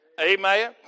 Amen